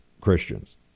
Christians